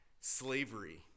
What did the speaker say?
slavery